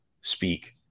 speak